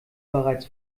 bereits